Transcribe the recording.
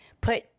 put